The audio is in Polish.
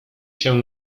się